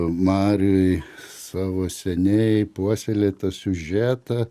mariui savo seniai puoselėtą siužetą